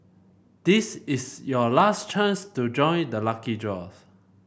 this is your last chance to join the lucky draw